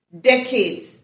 decades